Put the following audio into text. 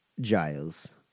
Giles